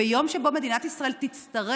ביום שבו מדינת ישראל תצטרך